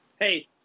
hey